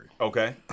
Okay